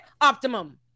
Optimum